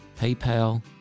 PayPal